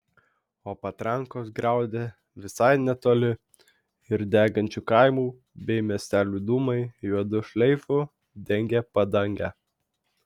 o patrankos griaudė visai netoli ir degančių kaimų bei miestelių dūmai juodu šleifu dengė padangę